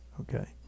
okay